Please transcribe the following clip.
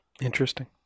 Interesting